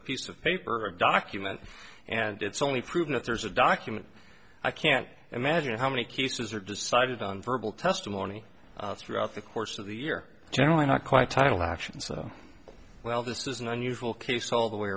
a piece of paper a document and it's only proven that there's a document i can't imagine how many cases are decided on verbal testimony throughout the course of the year generally not quite title action so well this is an unusual case all the way